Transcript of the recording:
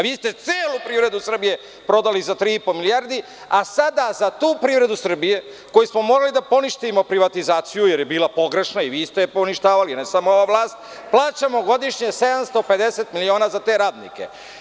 Vi ste celu privredu Srbije prodali za tri i po milijardi, a sada za tu privredu Srbije, koju smo morali da poništimo, privatizaciju, jer je bila pogrešna, i vi ste je poništavali, a ne samo ova vlast, plaćamo godišnje 750 miliona za te radnike.